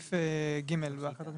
סעיף קטן (2), מלווה,